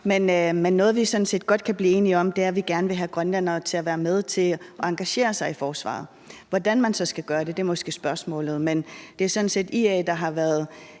sådan set godt kan blive enige om, er, at vi gerne vil have grønlændere til at være med til at engagere sig i forsvaret. Hvordan man så skal gøre det, er måske spørgsmålet. Men det er sådan set IA, der har været